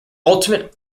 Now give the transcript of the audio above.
ultimate